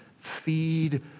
Feed